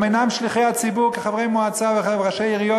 הם אינם שליחי הציבור כחברי מועצה וראשי עיריות,